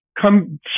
come